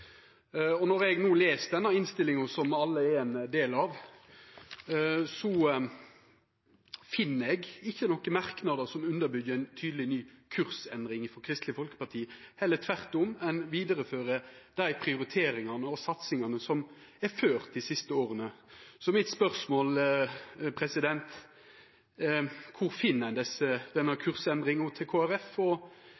og når eg les denne innstillinga, som alle er ein del av, finn eg ikkje nokon merknader som underbyggjer ei tydeleg ny kursendring frå Kristeleg Folkeparti. Heller tvert om, ein vidarefører dei prioriteringane og satsingane som er gjorde dei siste åra. Så mitt spørsmål er: Kvar finn ein denne